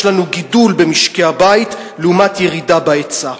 יש לנו גידול במשקי הבית לעומת ירידה בהיצע.